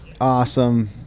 Awesome